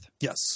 yes